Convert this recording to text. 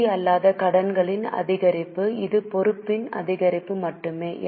நிதி அல்லாத கடன்களின் அதிகரிப்பு இது பொறுப்பின் அதிகரிப்பு மட்டுமே